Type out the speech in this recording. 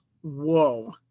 Whoa